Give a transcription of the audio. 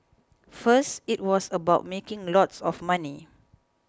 first it was about making lots of money